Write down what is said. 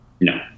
no